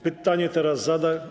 Pytanie teraz zada.